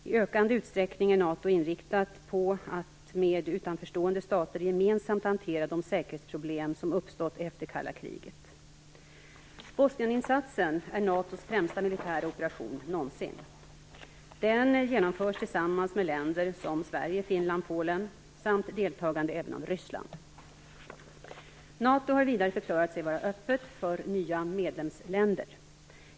I ökande utsträckning är NATO inriktat på att med utanförstående stater gemensamt hantera de säkerhetsproblem som uppstått efter det kalla kriget. Bosnieninsatsen är NATO:s första militära operation någonsin. Den genomförs tillsammans med länder som Sverige, Finland och Polen samt med deltagande även av Ryssland. NATO har vidare förklarat sig vara öppet för nya medlemsländer.